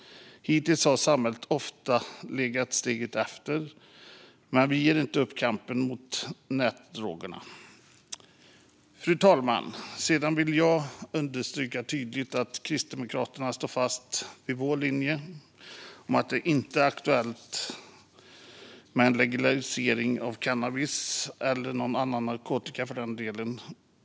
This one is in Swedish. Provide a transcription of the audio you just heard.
Hittills har samhället ofta legat steget efter, men vi ger inte upp kampen mot nätdrogerna. Fru talman! Jag vill understryka tydligt att vi i Kristdemokraterna står fast vid vår linje att det inte är aktuellt med en legalisering av cannabis och ingen annan narkotika heller för den delen.